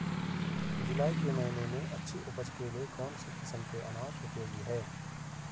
जुलाई के महीने में अच्छी उपज के लिए कौन सी किस्म के अनाज उपयोगी हैं?